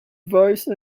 voice